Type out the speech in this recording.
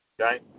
Okay